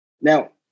Now